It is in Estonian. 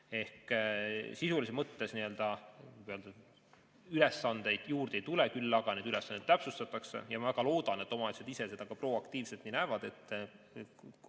Ehk sisulises mõttes ülesandeid juurde ei tule, küll aga neid ülesandeid täpsustatakse. Ma väga loodan, et omavalitsused ise seda ka proaktiivselt nii näevad,